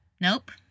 Nope